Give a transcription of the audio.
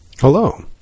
Hello